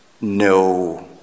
no